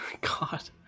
God